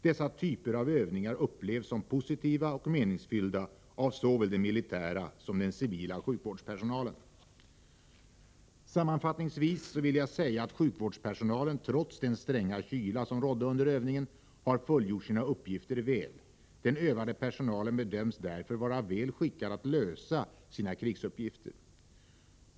Dessa typer av övningar upplevs som positiva och meningsfyllda av såväl den militära som den civila sjukvårdspersonalen. Sammanfattningsvis vill jag säga att sjukvårdspersonalen trots den stränga kyla som rådde under övningen har fullgjort sina uppgifter väl. Den övade personalen bedöms därför vara väl skickad att lösa sina krigsuppgifter.